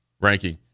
ranking